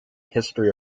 history